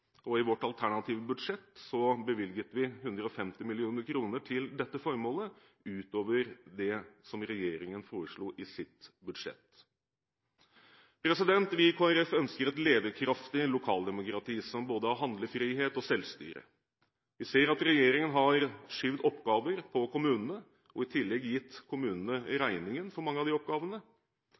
og i vårt alternative budsjett bevilget vi 150 mill. kr til dette formålet utover det som regjeringen foreslo i sitt budsjett. Vi i Kristelig Folkeparti ønsker et levekraftig lokaldemokrati som både har handlefrihet og selvstyre. Vi ser at regjeringen har skjøvet oppgaver over på kommunene, og i tillegg har de gitt kommunene regningen for mange av de oppgavene.